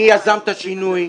מי יזם את השינוי,